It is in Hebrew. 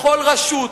בכל רשות,